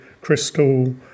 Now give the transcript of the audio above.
Crystal